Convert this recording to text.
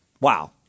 Wow